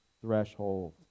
threshold